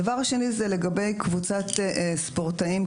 דבר שני זה לגבי קבוצת ספורטאים,